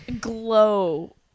glow